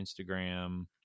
Instagram